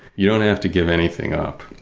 you don't have to give anything up.